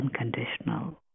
unconditional